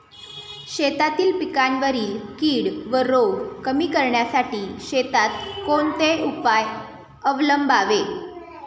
शेतातील पिकांवरील कीड व रोग कमी करण्यासाठी शेतात कोणते उपाय अवलंबावे?